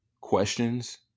questions